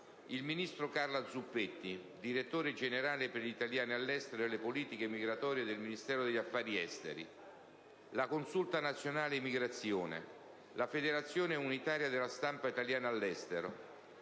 il ministro Carla Zuppetti, direttore generale per gli italiani all'estero e le politiche migratorie del Ministero degli affari esteri; la Consulta nazionale emigrazione; la Federazione unitaria della stampa italiana all'estero;